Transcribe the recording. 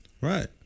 Right